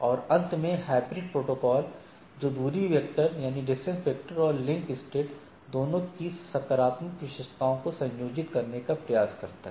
और अंत में हाइब्रिड प्रोटोकॉल जो डिस्टेंस वेक्टर और लिंक स्टेट दोनों की सकारात्मक विशेषताओं को संयोजित करने का प्रयास करता है